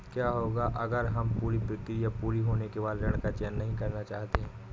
क्या होगा अगर हम पूरी प्रक्रिया पूरी होने के बाद ऋण का चयन नहीं करना चाहते हैं?